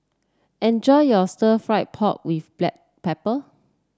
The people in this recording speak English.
enjoy your Stir Fried Pork with Black Pepper